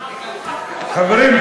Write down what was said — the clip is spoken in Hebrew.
חברים,